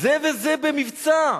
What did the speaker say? זה וזה במבצע,